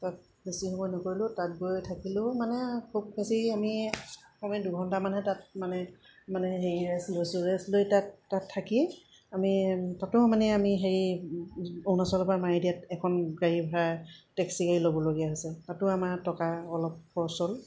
তাত বেছি সময় নকৰিলোঁ তাত গৈ থাকিলেও মানে খুব বেছি আমি কমেও দুঘণ্টামানহে তাত মানে মানে হেৰি ৰেষ্ট লৈছোঁ ৰেষ্ট লৈ তাত তাত থাকি আমি তাতো মানে আমি হেৰি অৰুণাচলৰপৰা মায়দিয়াত এখন গাড়ী ভাড়া টেক্সি গাড়ী ল'বলগীয়া হৈছে তাতো আমাৰ টকা অলপ খৰচ হ'ল